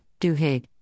Duhigg